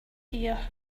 here